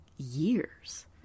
years